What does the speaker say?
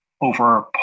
over